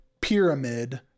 pyramid